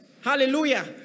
Hallelujah